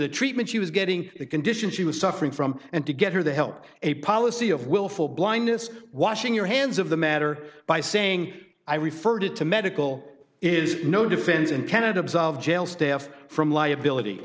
the treatment she was getting the condition she was suffering from and to get her the help a policy of willful blindness washing your hands of the matter by saying i referred to medical is no defense in canada absolve jail staff from liability